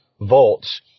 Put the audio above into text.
volts